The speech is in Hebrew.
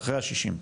אחרי ה-60?